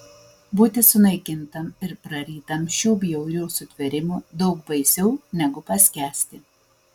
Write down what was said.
būti sunaikintam ir prarytam šių bjaurių sutvėrimų daug baisiau negu paskęsti